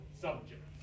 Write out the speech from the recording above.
subject